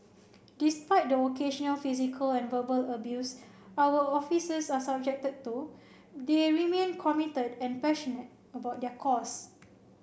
despite the occasional physical and verbal abuse our officers are subjected to they remain committed and passionate about their cause